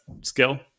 skill